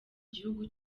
gihugu